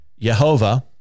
Yehovah